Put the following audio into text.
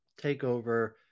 takeover